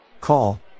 call